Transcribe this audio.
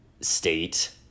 state